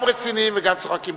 גם רציניים וגם צוחקים.